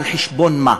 על חשבון מה?